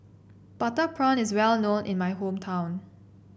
Butter Prawn is well known in my hometown